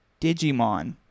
Digimon